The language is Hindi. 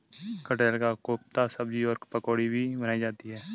कटहल का कोफ्ता सब्जी और पकौड़ी भी बनाई जाती है